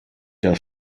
der